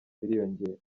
biriyongera